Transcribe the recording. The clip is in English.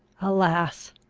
alas!